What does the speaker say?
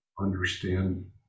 understand